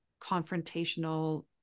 confrontational